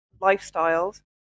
lifestyles